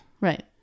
Right